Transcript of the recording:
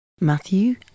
Matthew